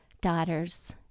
daughter's